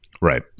Right